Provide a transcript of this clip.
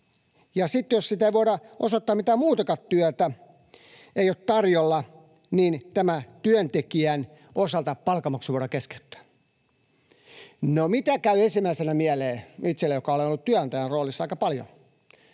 ja jos sitten ei voida osoittaa mitään muutakaan työtä, sitä ei ole tarjolla, niin tämän työntekijän osalta palkanmaksu voidaan keskeyttää. No, mitä käy ensimmäisenä mieleen itselläni, joka olen ollut työnantajan roolissa aika paljon?